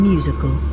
Musical